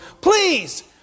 please